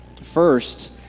first